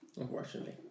Unfortunately